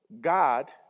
God